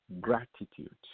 gratitude